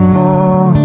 more